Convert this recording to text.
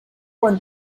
one